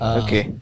okay